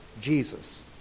Jesus